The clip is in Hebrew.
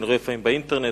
אני רואה לפעמים באינטרנט,